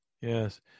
yes